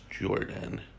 Jordan